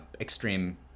extreme